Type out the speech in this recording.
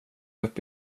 upp